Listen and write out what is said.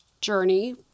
journey